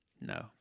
No